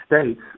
states